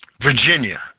Virginia